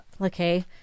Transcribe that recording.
okay